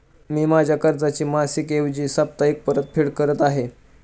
मी माझ्या कर्जाची मासिक ऐवजी साप्ताहिक परतफेड करत आहे